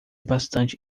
bastante